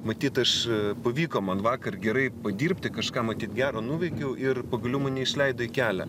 matyt aš pavyko man vakar gerai padirbti kažką matyt gero nuveikiau ir pagaliau mane išleido į kelią